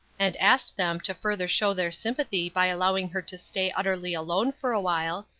and asked them to further show their sympathy by allowing her to stay utterly alone for awhile,